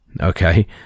Okay